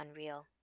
unreal